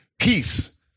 peace